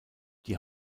die